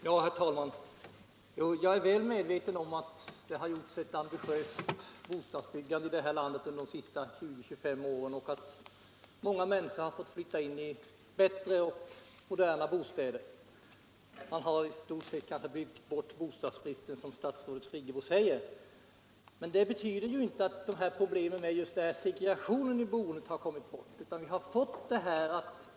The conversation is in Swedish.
Herr talman! Jag är väl medveten om att man genomfört ett ambitiöst program för bostadsbyggande i det här landet under de senaste 20-25 åren och att många människor fått flytta in i bättre och modernare bostäder. Man har i stort sett byggt bort bostadsbristen, som statsrådet Friggebo säger. Men det betyder inte att problemen med segregation i boendet kommit bort.